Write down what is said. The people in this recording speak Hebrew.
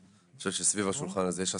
אני חושב שסביב השולחן הזה יש הסכמה.